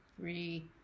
three